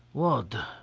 what!